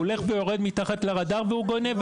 הוא יורד מתחת לרדאר וגונב,